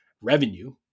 revenue